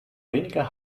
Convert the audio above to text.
weniger